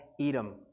Edom